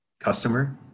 customer